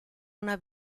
una